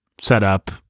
setup